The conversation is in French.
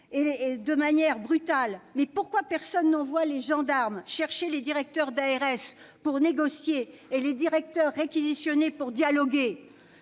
pleuvent. Mais pourquoi personne n'envoie les gendarmes chercher les directeurs d'ARS pour négocier et les directeurs réquisitionnés pour dialoguer ?